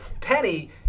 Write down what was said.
penny